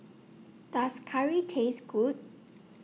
Does Curry Taste Good